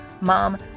mom